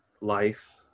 life